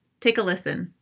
take a listen.